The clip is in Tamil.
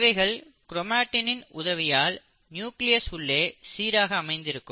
இவைகள் க்ரோமாட்டினின் உதவியால் நியூக்ளியஸ் உள்ளே சீராக அமைந்திருக்கும்